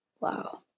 Wow